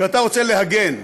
כשאתה רוצה להגן,